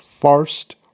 first